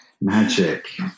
Magic